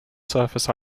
surface